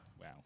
wow